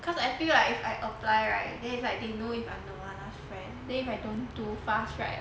cause I feel like if I apply right then it's like they know if I'm nirvana friend then if I don't do fast right